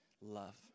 love